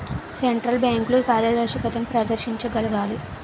central బ్యాంకులు పారదర్శకతను ప్రదర్శించగలగాలి